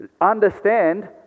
understand